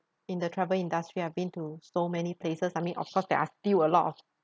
in the travel industry I've been to so many places I mean of course there are still a lot of